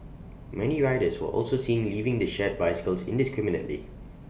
many riders were also seen leaving the shared bicycles indiscriminately